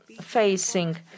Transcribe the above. facing